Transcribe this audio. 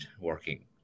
working